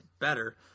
better